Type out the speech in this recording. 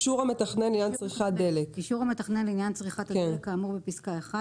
לענין צריכת הדלק כאמור בפסקה (1),